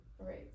Right